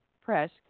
Press